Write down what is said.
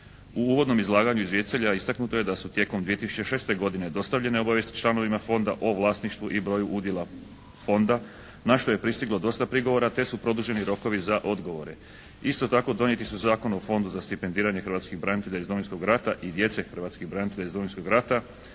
U uvodnom izlaganju izvjestitelja istaknuto je da su tijekom 2006. godine dostavljene obavijesti članovima Fonda o vlasništvu i broju udjela Fonda na što je pristiglo dosta prigovora te su produženi rokovi za odgovore. Isto tako donijeti su Zakon o Fondu za stipendiranje hrvatskih branitelja iz Domovinskog rata i djece hrvatskih branitelja iz Domovinskog rata